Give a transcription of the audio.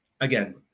again